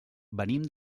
venim